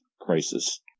crisis